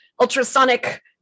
ultrasonic